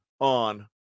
on